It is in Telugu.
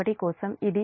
కాబట్టి అందుకే 0